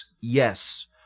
Yes